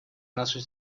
нашей